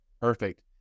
Perfect